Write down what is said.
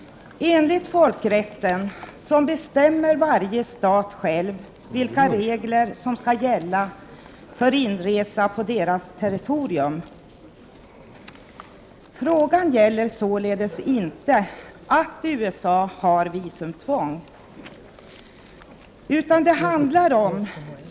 Enligt folkrätten bestämmer varje stat själv vilka regler som skall gälla för inresa på dess territorium. Frågan gäller således inte att USA har visumtvång.